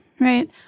right